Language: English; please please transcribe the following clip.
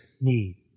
need